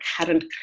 current